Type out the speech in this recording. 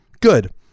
Good